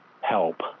help